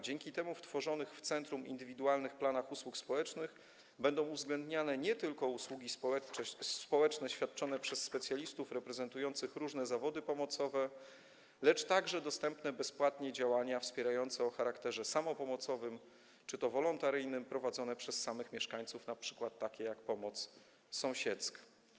Dzięki temu w tworzonych w centrum indywidualnych planach usług społecznych będą uwzględniane nie tylko usługi społeczne świadczone przez specjalistów reprezentujących różne zawody pomocowe, lecz także dostępne będą bezpłatnie działania wspierające o charakterze samopomocowym czy wolontariackim prowadzone przez samych mieszkańców, np. pomoc sąsiedzka.